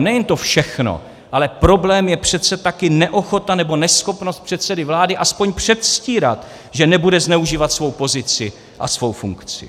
Nejen to všechno, ale problém je přece také neochota nebo neschopnost předsedy vlády aspoň předstírat, že nebude zneužívat svou pozici a svou funkci.